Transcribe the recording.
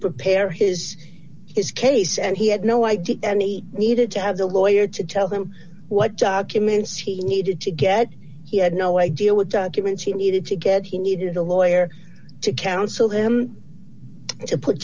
prepare his his case and he had no idea any needed to have a lawyer to tell him what documents he needed to get he had no idea what documents he needed to get he needed a lawyer to counsel him to put